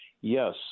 yes